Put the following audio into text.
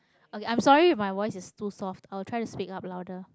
okay i'm sorry if my voice is too soft i will try to speak up louder